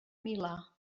milà